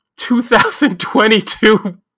2022